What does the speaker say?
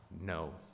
no